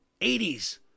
80s